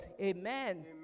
Amen